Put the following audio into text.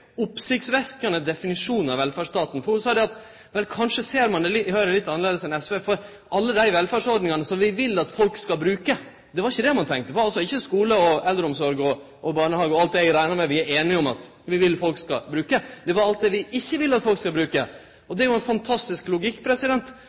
oppsiktsvekkjande definisjon av velferdsstaten. Ho sa at ein i Høgre kanskje ser det litt annleis enn i SV, for det var ikkje alle dei velferdsordningane som vi vil at folk skal bruke, ein tenkte på – altså ikkje på skule, eldreomsorg, barnehage osv., som vi er einige om at folk skal bruke – men det var alt det vi ikkje vil at folk skal bruke.